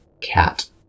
cat